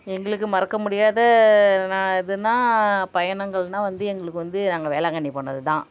எங்களுக்கு மறக்க முடியாத நான் எதுன்னா பயணங்கள்னா எங்களுக்கு வந்து நாங்கள் வேளாங்கண்ணி போனது தான்